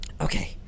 Okay